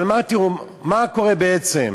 אבל מה קורה בעצם?